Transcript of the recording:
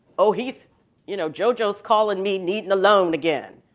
oh, he's you know jo-jo's calling me needing a loan again.